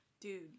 dude